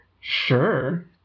Sure